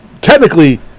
technically